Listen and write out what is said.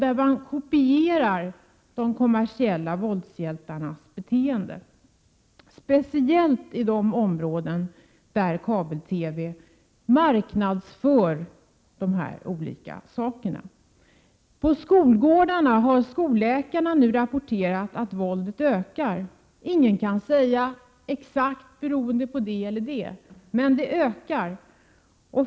Barnen kopierar de kommersiella våldshjältarnas beteende, speciellt i de områden där kabel-TV marknadsför dessa produkter. Skolläkarna har rapporterat att våldet på skolgårdarna ökar. Ingen kan med säkerhet säga att det beror på det eller det. Men våldet ökar.